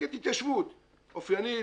כמפלגת התיישבות אופיינית,